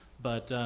but,